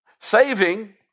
Saving